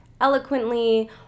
eloquently